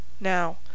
Now